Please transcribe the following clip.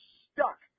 stuck